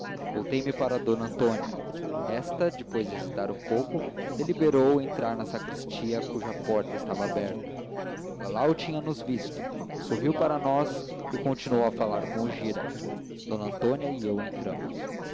piedade voltei-me para d antônia esta depois de hesitar um pouco deliberou entrar na sacristia cuja porta estava aberta lalau tinha nos visto sorriu para nós e continuou o falar com o gira d antônia e eu entramos